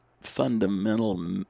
fundamental